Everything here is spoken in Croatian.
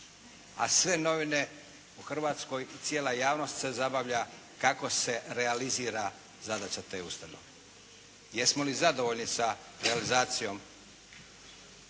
a sve novine u Hrvatskoj i cijela javnost se zabavlja kako se realizira zadaća te ustanove. Jesmo li zadovoljni sa realizacijom